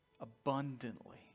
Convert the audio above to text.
Abundantly